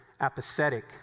apathetic